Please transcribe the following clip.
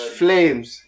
flames